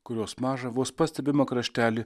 kurios mažą vos pastebimą kraštelį